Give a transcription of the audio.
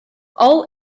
all